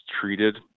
treated